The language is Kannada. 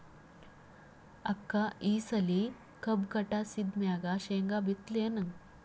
ಅಕ್ಕ ಈ ಸಲಿ ಕಬ್ಬು ಕಟಾಸಿದ್ ಮ್ಯಾಗ, ಶೇಂಗಾ ಬಿತ್ತಲೇನು?